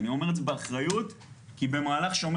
אני אומר את זה באחריות כי במהלך "שומר